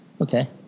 Okay